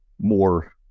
more